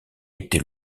était